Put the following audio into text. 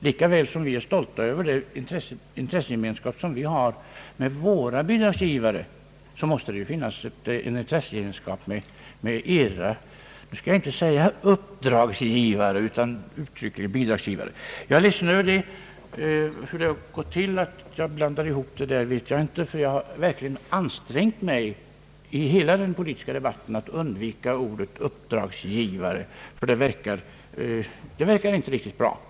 Lika väl som vi är stolta över den intressegemenskap vi har med våra bidragsgivare, måste det finnas en intressege menskap mellan er och era — nu skall jag inte säga uppdragsgivare, utan bidragsgivare. Jag vet inte hur det har gått till att jag blandat ihop dessa uttryck. Jag har verkligen ansträngt mig att i hela den politiska debatten undvika ordet uppdragsgivare därför att det inte verkar riktigt bra.